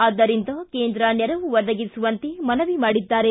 ಆದ್ದರಿಂದ ಕೇಂದ್ರ ನೆರವು ಒದಗಿಸುವಂತೆ ಮನವಿ ಮಾಡಿದ್ದಾರೆ